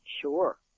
Sure